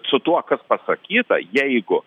su tuo kas pasakyta jeigu